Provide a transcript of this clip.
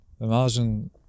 Imagine